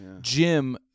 Jim